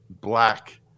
black